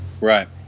Right